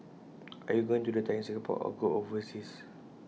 are you going to retire in Singapore or go overseas